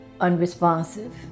unresponsive